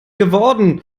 geworden